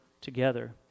together